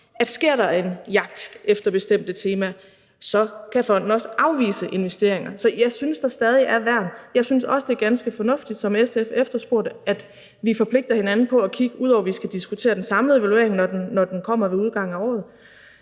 at sker der en jagt efter bestemte temaer, kan fonden også afvise investeringer. Så jeg synes, der stadig er værn. Jeg synes også, det er ganske fornuftigt, som SF efterspurgte, at vi, ud over vi skal diskutere den samlede evaluering, når den kommer ved udgangen af året,